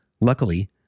Luckily